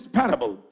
parable